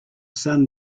sun